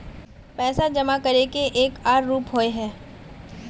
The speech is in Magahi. पैसा जमा करे के एक आर रूप होय है?